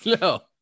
No